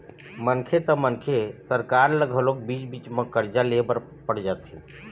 मनखे त मनखे सरकार ल घलोक बीच बीच म करजा ले बर पड़ जाथे